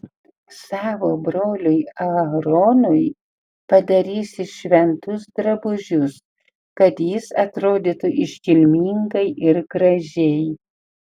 savo broliui aaronui padarysi šventus drabužius kad jis atrodytų iškilmingai ir gražiai